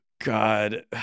God